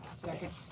second.